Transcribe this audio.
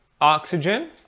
oxygen